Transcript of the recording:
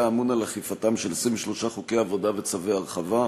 אמון על אכיפתם של 23 חוקי עבודה וצווי הרחבה.